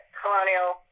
colonial